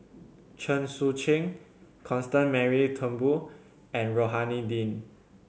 Chen Sucheng Constance Mary Turnbull and Rohani Din